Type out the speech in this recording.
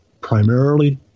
primarily